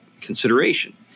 consideration